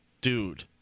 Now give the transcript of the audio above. dude